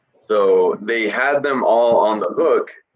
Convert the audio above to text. so they had them all on the hook,